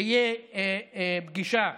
תהיה פגישה,